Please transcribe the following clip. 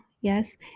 Yes